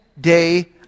day